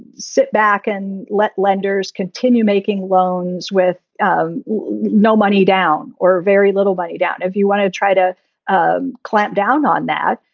sit back and let lenders continue making loans with um no money down or very little money down. if you want to try to um clamp down on that,